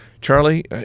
Charlie